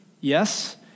yes